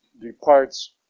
departs